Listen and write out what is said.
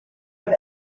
have